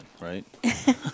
right